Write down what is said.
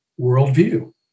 worldview